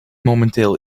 momenteel